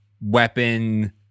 weapon